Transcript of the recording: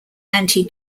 anti